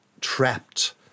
trapped